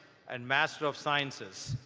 and master of sciences.